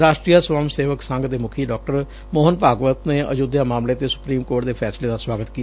ਰਾਸ਼ਟਰੀਆ ਸਵੰਮ ਸੇਵਕ ਸੰਘ ਦੇ ਮੁੱਖੀ ਡਾਕਟਰ ਮੋਹਨ ਭਾਗਵਤ ਨੇ ਅਯੁਧਿਆ ਮਾਮਲੇ ਤੇ ਸੁਪਰੀਮ ਕੋਰਟ ਦੇ ਫੈਸਲੇ ਦਾ ਸੁਆਗਤ ਕੀਤਾ